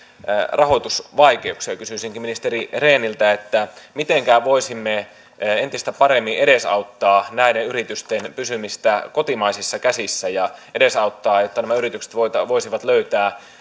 rahoitusvaikeuksia kysyisinkin ministeri rehniltä mitenkä voisimme entistä paremmin edesauttaa näiden yritysten pysymistä kotimaisissa käsissä ja edesauttaa että nämä yritykset voisivat voisivat löytää